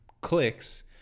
clicks